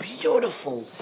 beautiful